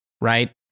right